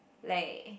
like